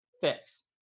fix